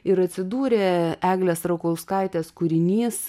ir atsidūrė eglės rakauskaitės kūrinys